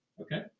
okay